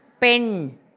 Pen